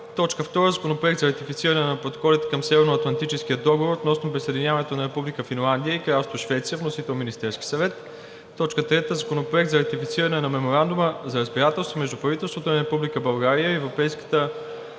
г. 2. Законопроект за ратифициране на протоколите към Северноатлантическия договор относно присъединяването на Република Финландия и Кралство Швеция. Вносител: Министерският съвет на 8 юли 2022 г. 3. Законопроект за ратифициране на Меморандума за разбирателство между Правителството на Република България и Европейската